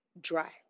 dry